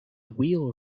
wheel